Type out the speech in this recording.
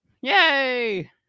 Yay